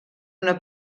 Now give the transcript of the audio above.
una